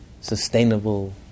sustainable